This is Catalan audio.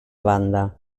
banda